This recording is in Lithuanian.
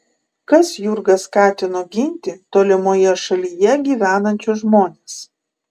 kas jurgą skatino ginti tolimoje šalyje gyvenančius žmones